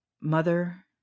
Mother